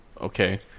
Okay